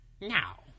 Now